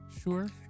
sure